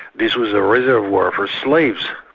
this was a reservoir for slaves.